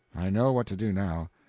i know what to do now.